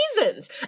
reasons